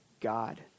God